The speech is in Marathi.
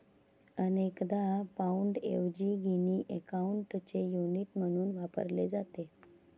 अनेकदा पाउंडऐवजी गिनी अकाउंटचे युनिट म्हणून वापरले जाते